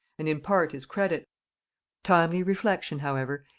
and in part his credit timely reflection however,